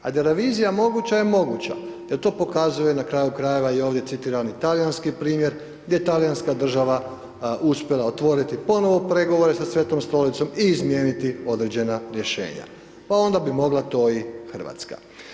A da je revizija moguća je moguća jel to pokazuje na kraju krajeva i ovdje citirani talijanski primjer gdje je talijanska država uspjela otvoriti ponovo pregovore sa Svetom Stolicom i izmijeniti određena rješenja, pa onda bi mogla to i RH.